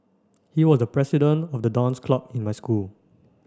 he was the president of the dance club in my school